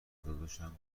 داداشم